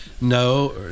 No